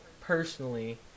Personally